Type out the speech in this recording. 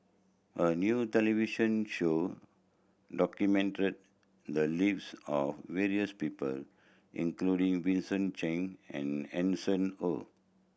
a new television show documented the lives of various people including Vincent Cheng and Hanson Ho